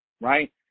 right